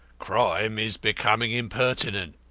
crime is becoming impertinent.